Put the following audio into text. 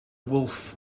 wolf